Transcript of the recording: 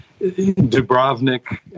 Dubrovnik